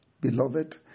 beloved